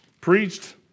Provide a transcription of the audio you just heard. preached